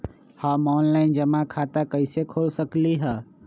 हम ऑनलाइन जमा खाता कईसे खोल सकली ह?